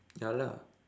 ya lah